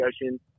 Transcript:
discussion